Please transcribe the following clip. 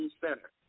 Center